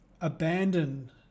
abandon